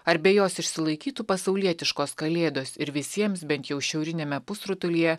ar be jos išsilaikytų pasaulietiškos kalėdos ir visiems bent jau šiauriniame pusrutulyje